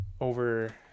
over